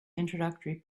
introductory